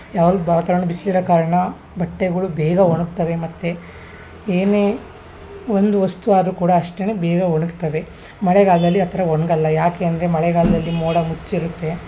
ಯಾವಾಗಲೂ ವಾತಾವರ್ಣ ಬಿಸ್ಲು ಇರೋ ಕಾರಣ ಬಟ್ಟೆಗಳು ಬೇಗ ಒಣ್ಗತವೆ ಮತ್ತು ಏನೇ ಒಂದು ವಸ್ತು ಆದರೂ ಕೂಡ ಅಷ್ಟೇ ಬೇಗ ಒಣ್ಗತವೆ ಮಳೆಗಾಲದಲ್ಲಿ ಆ ಥರ ಒಣಗಲ್ಲ ಯಾಕೆ ಅಂದರೆ ಮಳೆಗಾಲದಲ್ಲಿ ಮೋಡ ಮುಚ್ಚಿರುತ್ತೆ